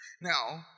Now